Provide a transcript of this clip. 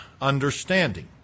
understanding